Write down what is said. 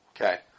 okay